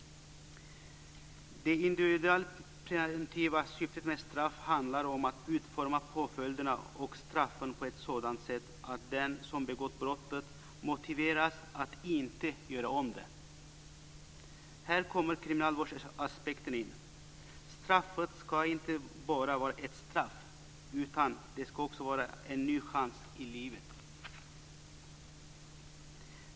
Det individualpreventiva syftet med straff handlar om att utforma påföljderna och straffen på ett sådan sätt att den som begått brottet motiveras att inte göra om det. Här kommer kriminalvårdsaspekten in. Straffet ska inte bara ett straff utan det ska också vara en ny chans i livet.